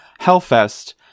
Hellfest